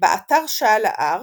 באתר על ההר